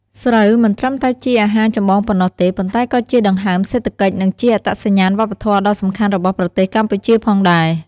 ស្រូវ មិនត្រឹមតែជាអាហារចម្បងប៉ុណ្ណោះទេ ប៉ុន្តែក៏ជាដង្ហើមសេដ្ឋកិច្ច និងជាអត្តសញ្ញាណវប្បធម៌ដ៏សំខាន់របស់ប្រទេសកម្ពុជាផងដែរ។